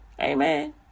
amen